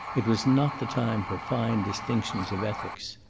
it was not the time for fine distinctions of ethics.